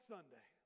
Sunday